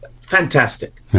fantastic